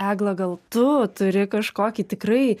egla gal tu turi kažkokį tikrai